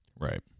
Right